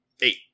Eight